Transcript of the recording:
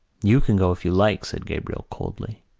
you can go if you like, said gabriel coldly.